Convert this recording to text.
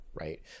Right